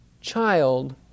child